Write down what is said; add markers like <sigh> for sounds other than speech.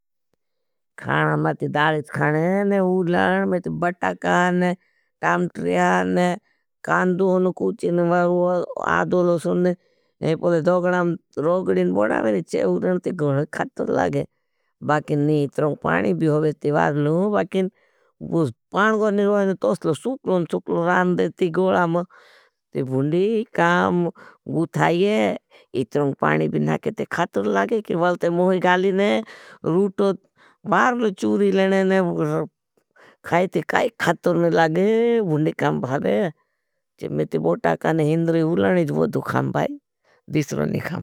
काणा माती दालीत खाने और उड़ने में बटकान, टाम्ट्रियान, कांदून कूचिन, वर्वाद, आदोलोसुन और दोगड़ां रोगडिन बड़ा वेनी चेव उड़ने ती गोड़ां खातूर लागे। बाकिन इतरों पाणी भी होगे ती बाड़ लूँ, बाकिन पाण गरनी रोहेने तोसलो। सुकलों सुकलों रांदे ती गोड़ां में, ती भुण्डी काम गू थाये। इतरों पाणी भी नाके ती खातूर लागे, कि बालते मोहे गालीने, रूटो बाडलो चूरी लेने डें। <hesitation> खाइते काये ख़ातुर ना लागे भुंडे कम भावे जिम्मीते वोटा का ना हिंद्रे ना हुले ना जड़े खाम बाए दीसरो ना बाये।